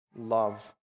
love